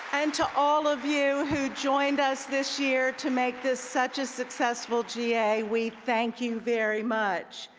and to all of you who joined us this year to make this such a successful ga, we thank you very much.